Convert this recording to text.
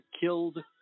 killed